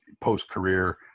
post-career